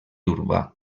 urbà